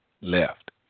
left